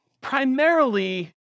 primarily